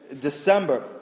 December